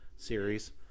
series